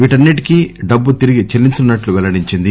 వీటన్ని ంటికీ డబ్బు తిరిగి చెల్లించనున్నట్లు పెల్లడించింది